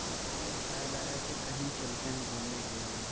تو اچانک خیال آیا کہ کہیں چلتے ہیں گھومنے کے لیے